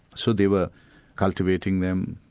so they were cultivating them,